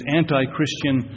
anti-Christian